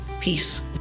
peace